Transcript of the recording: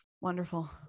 wonderful